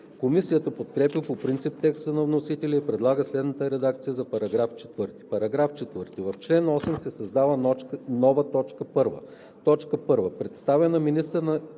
Комисията подкрепя по принцип текста на вносителя и предлага следната редакция на § 4: „§ 4. В чл. 8 се създава нова т. 1: „1. предоставя на министъра на